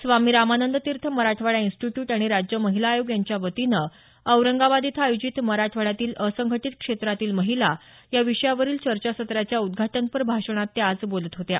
स्वामी Ramanand Tirth Marathwada institute आणि राज्य महिला आयोग यांच्या वतीनं औरंगाबाद इथं आयोजित मराठवाड्यातील असंघटीत क्षेत्रातील महिला या विषयावरील चर्चासत्राच्या उद्घाटनपर भाषणात त्या आज बोलत होत्या